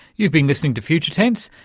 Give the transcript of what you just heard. you've been listening to future tense.